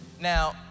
Now